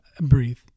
breathe